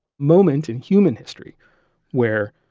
moment in human history where